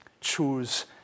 Choose